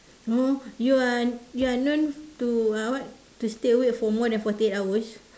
!huh! you are you are known to uh what to stay awake for more than forty eight hours